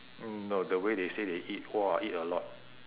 mm no the way they say they eat !wah! eat a lot